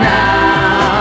now